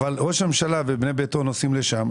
אבל ראש הממשלה ובני ביתו נוסעים לשם,